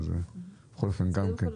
פה.